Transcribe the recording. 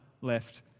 left